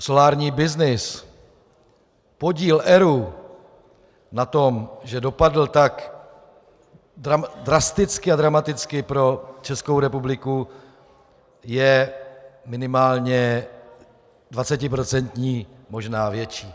Solární byznys, podíl ERÚ na tom, že dopadl tak drasticky a dramaticky pro Českou republiku, je minimálně 20procentní, možná větší.